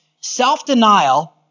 self-denial